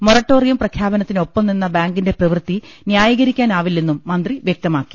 moratorium പ്രഖ്യാപനത്തിന് ഒപ്പംനിന്ന ബാങ്കിന്റെ പ്രവൃത്തി ന്യായീകരിക്കാനാവില്ലെന്നും മന്ത്രി വ്യക്തമാക്കി